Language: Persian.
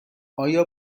آیا